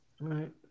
Right